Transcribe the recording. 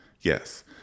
Yes